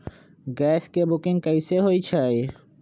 Gas के booking कैसे होईछई?